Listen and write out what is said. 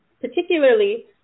particularly